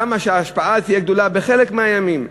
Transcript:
שההשפעה תהיה גדולה בחלק מהימים.